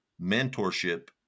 mentorship